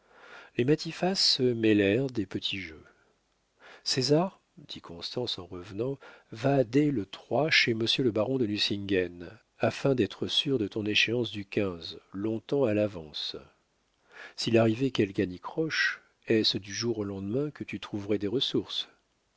les matifat se mêlèrent des petits jeux césar dit constance en revenant va dès le trois chez monsieur le baron de nucingen afin d'être sûr de ton échéance du quinze long-temps à l'avance s'il arrivait quelque anicroche est-ce du jour au lendemain que tu trouverais des ressources